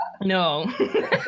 No